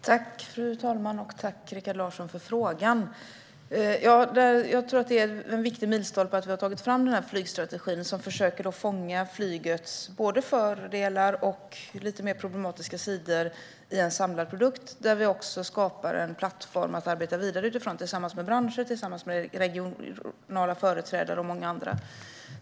Fru talman! Tack för frågan, Rikard Larsson! Det är en viktig milstolpe att vi har tagit fram denna flygstrategi, som försöker fånga både flygets fördelar och dess lite mer problematiska sidor i en samlad produkt, där vi skapar en plattform att arbeta vidare från tillsammans med branscher, regionala företrädare och många andra.